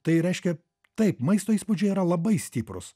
tai reiškia taip maisto įspūdžiai yra labai stiprūs